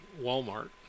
Walmart